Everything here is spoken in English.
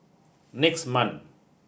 next month